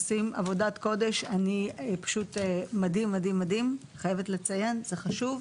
עבודת קודש, פשוט מדהים, אני חייבת לציין זה חשוב,